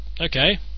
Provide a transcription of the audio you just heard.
okay